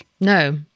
No